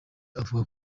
avuga